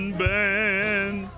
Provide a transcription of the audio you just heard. band